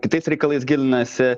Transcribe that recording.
kitais reikalais gilinasi